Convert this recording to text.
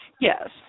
yes